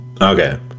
Okay